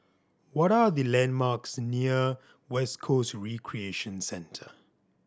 what are the landmarks near West Coast Recreation Centre